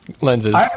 lenses